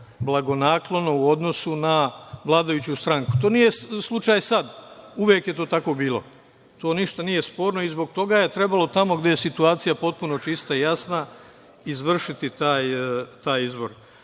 blagonaklono u odnosu na vladajuću stranku. To nije slučaj sad, uvek je to tako bilo. To ništa nije sporno i zbog toga je trebalo tamo gde je situacija potpuno čista i jasna izvršiti taj izbor,